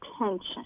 attention